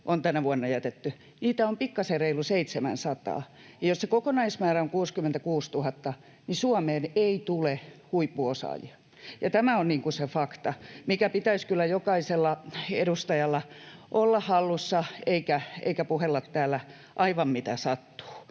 on tänä vuonna jätetty? Niitä on pikkasen reilu 700, ja jos se kokonaismäärä on 66 000, niin Suomeen ei tule huippuosaajia. Tämä on se fakta, mikä pitäisi kyllä jokaisella edustajalla olla hallussa, eikä puhella täällä aivan mitä sattuu.